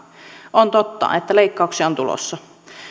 on totta että leikkauksia on tulossa